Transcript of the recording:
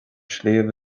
sliabh